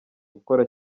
gukora